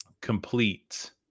complete